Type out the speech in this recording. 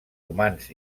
humans